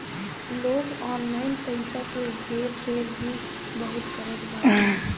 लोग ऑनलाइन पईसा के हेर फेर भी बहुत करत बाटे